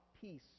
peace